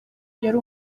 yari